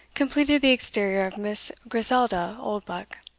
completed the exterior of miss griselda oldbuck.